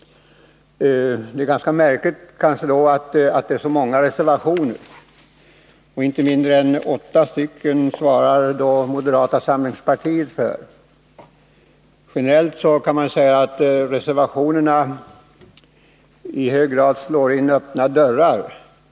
Det kan då synas vara märkligt att det är så många reservationer. Inte mindre än åtta reservationer svarar moderata samlingspartiet för. Generellt kan man säga att reservanterna i hög grad slår in öppna dörrar.